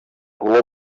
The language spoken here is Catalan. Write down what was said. color